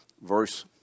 verse